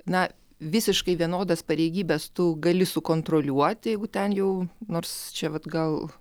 na visiškai vienodas pareigybes tu gali sukontroliuoti jeigu ten jau nors čia vat gal